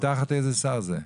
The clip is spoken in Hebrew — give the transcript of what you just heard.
מתחת איזה שר זה?